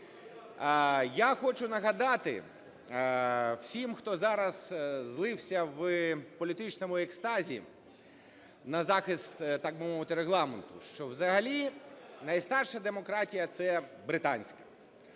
Я хочу нагадати всім, хто зараз злився в політичному екстазі на захист, так би мовити, Регламенту, що взагалі найстарша демократія – це британська,